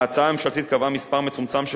ההצעה הממשלתית קבעה מספר מצומצם של